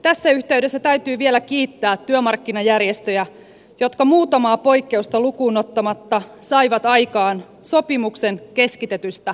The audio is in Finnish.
tässä yhteydessä täytyy vielä kiittää työmarkkinajärjestöjä jotka muutamaa poikkeusta lukuun ottamatta saivat aikaan sopimuksen keskitetystä tuloratkaisusta